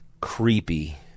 creepy